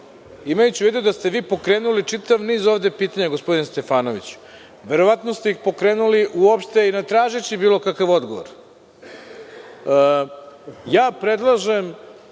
imajući u vidu da ste vi pokrenuli čitav niz pitanja, gospodine Stefanoviću, verovatno ste ih pokrenuli uopšte i ne tražeći bilo kakav odgovor. Predlažem